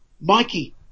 Mikey